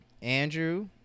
Andrew